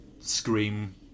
Scream